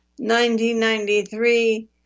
1993